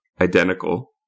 identical